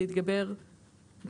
להתגבר,